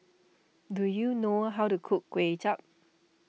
do you know how to cook Kuay Chap